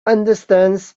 understands